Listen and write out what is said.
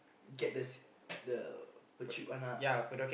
get the s~ the the cheap one ah